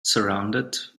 surrounded